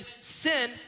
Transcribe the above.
sin